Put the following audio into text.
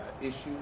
issues